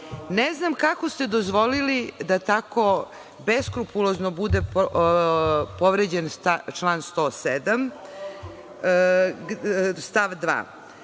Ne znam kako ste dozvolili da tako beskrupulozno bude povređen član 107. stav 2,